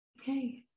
okay